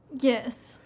Yes